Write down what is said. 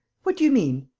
what do you mean?